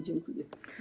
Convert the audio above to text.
Dziękuję.